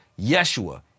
Yeshua